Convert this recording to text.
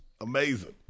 Amazing